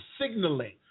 signaling